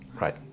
Right